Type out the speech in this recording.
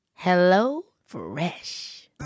HelloFresh